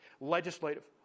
legislative